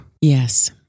Yes